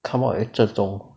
come up with 这种